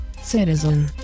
citizen